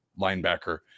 linebacker